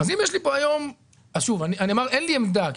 אין לי עמדה.